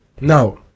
Now